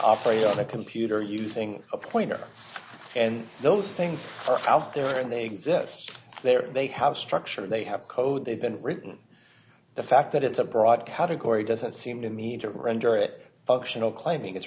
operate on a computer using a pointer and those things are out there and they exist they are they have structure they have code they've been written the fact that it's a broad category doesn't seem to me to render it functional claiming